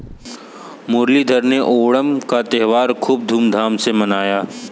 मुरलीधर ने ओणम का त्योहार खूब धूमधाम से मनाया